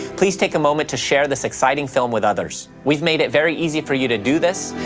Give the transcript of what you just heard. please take a moment to share this exciting film with others. we've made it very easy for you to do this.